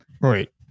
right